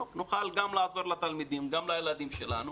נוכל גם לעזור לתלמידים וגם לילדים שלנו